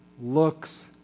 looks